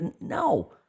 no